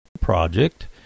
project